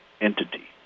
entity